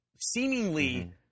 seemingly